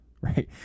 right